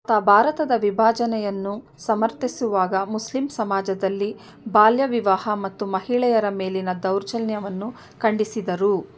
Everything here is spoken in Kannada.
ತ ಭಾರತದ ವಿಭಜನೆಯನ್ನು ಸಮರ್ತಿಸುವಾಗ ಮುಸ್ಲಿಮ್ ಸಮಾಜದಲ್ಲಿ ಬಾಲ್ಯ ವಿವಾಹ ಮತ್ತು ಮಹಿಳೆಯರ ಮೇಲಿನ ದೌರ್ಜನ್ಯವನ್ನು ಖಂಡಿಸಿದರು